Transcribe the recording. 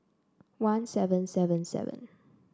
one seven seven seven